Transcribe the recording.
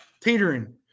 teetering